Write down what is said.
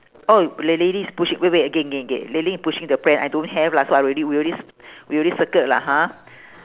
oh the lady's pushing wait wait again again again the lady's pushing the pram I don't have lah so I already we already we already circled lah ha